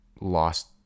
lost